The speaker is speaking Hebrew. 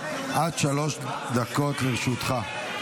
עד שלוש דקות לרשותך.